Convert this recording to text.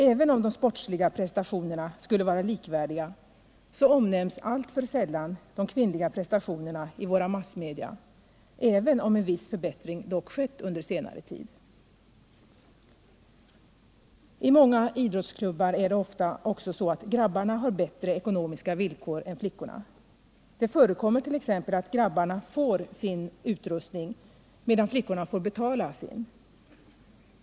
Även om de sportsliga prestationerna skulle vara likvärdiga, omnämns alltför sällan de kvinnliga prestationerna i våra massmedia, även om en viss förbättring dock skett under senare tid. I många idrottsklubbar är det ofta också så att grabbarna har bättre ekonomiska villkor än flickorna. Det förekommer t.ex. att grabbarna får sin utrustning till skänks medan flickorna får betala sin.